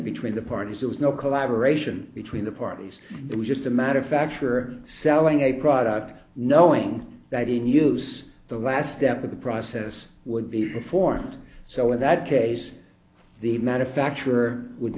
between the parties there was no collaboration between the parties it was just a matter of fact you're selling a product knowing that in use the last step of the process would be performed so in that case the manufacturer would